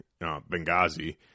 Benghazi